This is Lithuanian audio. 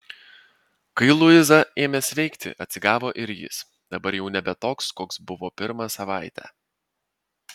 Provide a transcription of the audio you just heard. kai luiza ėmė sveikti atsigavo ir jis dabar jau nebe toks koks buvo pirmą savaitę